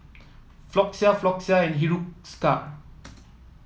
Floxia Floxia and Hiruscar